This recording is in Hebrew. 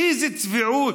איזה צביעות.